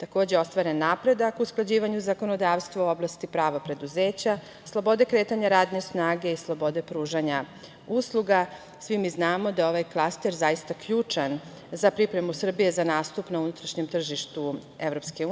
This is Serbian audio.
takođe je ostvaren napredak u usklađivanju zakonodavstva u oblasti prava preduzeća, slobode kretanja radne snage i slobode pružanja usluga. Svi mi znamo da je ovaj klaster zaista ključan za pripremu Srbije za nastup na unutrašnjem tržištu EU